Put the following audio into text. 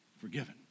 forgiven